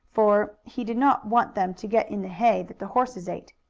for he did not want them to get in the hay that the horses ate.